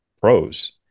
pros